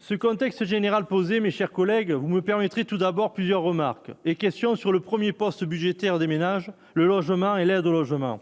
ce contexte général poser mes chers collègues, vous me permettrez tout d'abord plusieurs remarques et questions sur le 1er poste budgétaire des ménages, le logement et l'aide au logement,